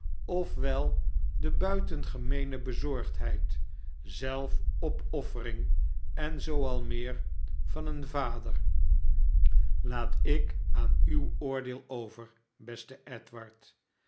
wel de buitengemeene bezorgdheid zelfopoffering en zoo al meer van een vader laat ik aan uw oordeel over beste edward